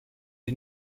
est